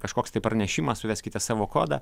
kažkoks tai pranešimas suveskite savo kodą